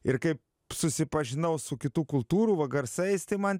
ir kai susipažinau su kitų kultūrų va garsais tai man